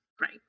Right